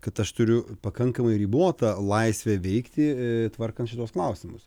kad aš turiu pakankamai ribotą laisvę veikti tvarkant šituos klausimus